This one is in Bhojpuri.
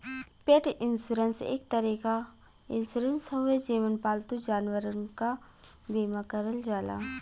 पेट इन्शुरन्स एक तरे क इन्शुरन्स हउवे जेमन पालतू जानवरन क बीमा करल जाला